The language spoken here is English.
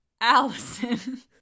Allison